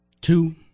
Two